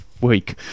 week